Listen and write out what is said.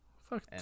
Fuck